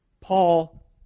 Paul